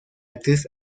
actriz